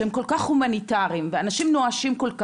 שהן כל כך הומניטאריות ואנשים נואשים כל כך,